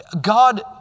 God